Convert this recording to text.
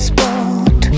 Spot